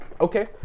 Okay